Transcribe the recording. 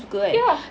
ya